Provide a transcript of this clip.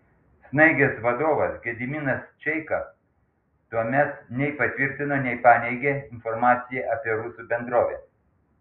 snaigės vadovas gediminas čeika tuomet nei patvirtino nei paneigė informaciją apie rusų bendrovę